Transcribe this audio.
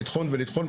לטחון ולטחון,